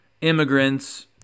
immigrants